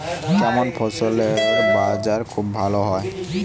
কেমন ফসলের বাজার খুব ভালো হয়?